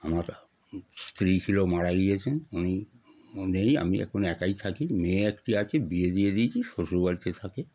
আমার স্ত্রী ছিল মারা গিয়েছেন উনিও নেই আমি এখন একাই থাকি মেয়ে একটি আছে বিয়ে দিয়ে দিয়েছি শ্বশুর বাড়িতে থাকে